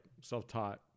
self-taught